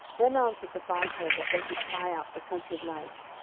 then answered the five men that went to spy out the country of laish,